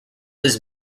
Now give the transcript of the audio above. his